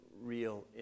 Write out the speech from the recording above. real